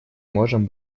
можем